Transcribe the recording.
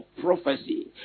prophecy